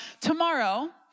tomorrow